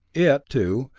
it, too,